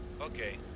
Okay